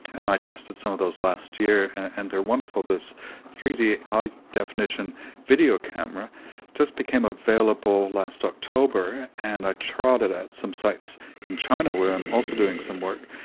and i tested some of those last year and they are wonderful. this three d high-definition video camera just became available last october, and i trialled it at some sites in china where i'm also doing some work,